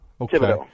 Okay